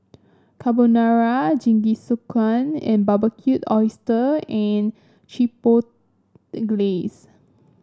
Carbonara Jingisukan and Barbecued Oyster and Chipotle Glaze